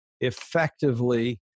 effectively